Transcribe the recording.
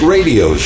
radio